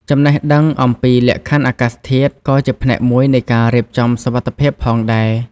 ចំណេះដឹង អំពីលក្ខខណ្ឌអាកាសធាតុ ក៏ជាផ្នែកមួយនៃការរៀបចំសុវត្ថិភាពផងដែរ។